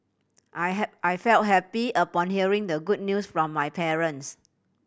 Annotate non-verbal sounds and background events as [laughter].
I [unintelligible] I felt happy upon hearing the good news from my parents